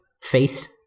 face